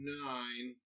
nine